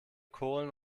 kohlen